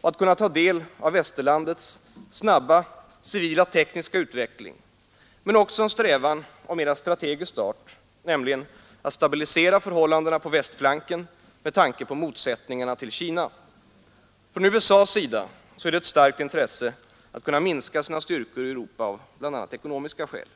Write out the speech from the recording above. och att kunna ta del av västerlandets snabba civila tekniska utveckling men också en strävan av mer strategisk art, nämligen att stabilisera förhållandena på västflanken med tanke på motsättningarna till Kina; från USA:s sida är det ett starkt intresse att kunna minska sina styrkor i Europa bl.a. av ekonomiska skäl.